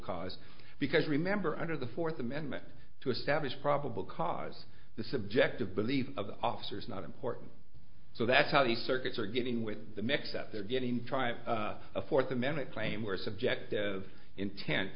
cause because remember under the fourth amendment to establish probable cause the subjective belief of the officers not important so that's how the circuits are getting with the mix that they're getting try a fourth amendment claim where subjective intent